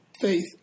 Faith